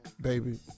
Baby